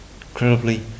incredibly